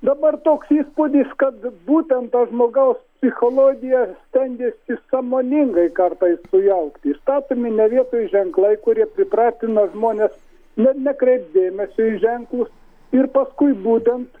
dabar toks įspūdis kad būtent to žmogaus psichologija stengiasi sąmoningai kartais sujaukti ir statomi ne vietoj ženklai kurie pripratina žmones ne nekreipt dėmesio į ženklus ir paskui būtent